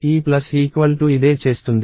ఈ ఇదే చేస్తుంది